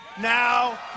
Now